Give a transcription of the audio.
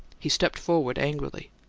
he stepped forward, angrily.